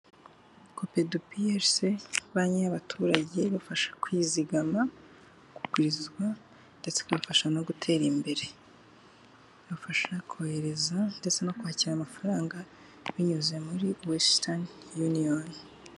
Kopedu piyerise banki y'abaturage ibafasha kwizigama, kugurizwa ndetse ikabafasha no gutera imbere, ibafasha kohereza ndetse no kwakira amafaranga binyuze muri wesltani yuniyoni.